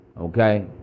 Okay